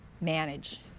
manage